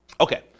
Okay